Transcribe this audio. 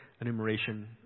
enumeration